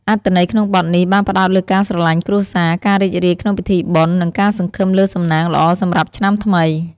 អត្ថន័យក្នុងបទ នេះ បានផ្តោតលើការស្រឡាញ់គ្រួសារ ការរីករាយក្នុងពិធីបុណ្យ និងការសង្ឃឹមលើសំណាងល្អសម្រាប់ឆ្នាំថ្មី។